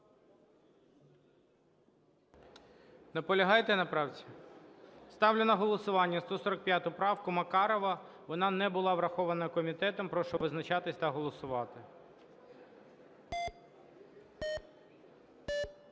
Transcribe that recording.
Наполягаєте на правці? Ставлю на голосування 145 правку Макарова. Вона не була врахована комітетом. Прошу визначатися та голосувати.